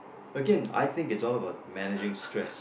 Again I think it's all about managing stress